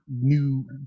new